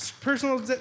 personal